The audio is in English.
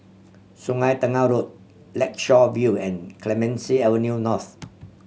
Sungei Tengah Road Lakeshore View and Clemenceau Avenue North